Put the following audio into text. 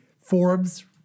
Forbes